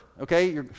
okay